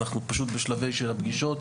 אנחנו פשוט בשלב הפגישות,